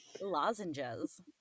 lozenges